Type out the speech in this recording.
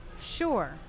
sure